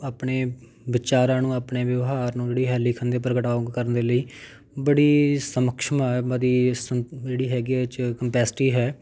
ਆਪਣੇ ਵਿਚਾਰਾਂ ਨੂੰ ਆਪਣੇ ਵਿਵਹਾਰ ਨੂੰ ਜਿਹੜੀ ਹੈ ਲਿਖਣ ਦੇ ਪ੍ਰਗਟਾਉ ਕਰਨ ਦੇ ਲਈ ਬੜੀ ਸਮੱਕਸ਼ਮ ਮਦੀ ਜਿਹੜੀ ਹੈਗੀ ਆ ਇਹ 'ਚ ਕੰਪੈਸਟੀ ਹੈ